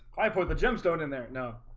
i put the gemstone in there no